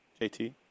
JT